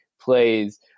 plays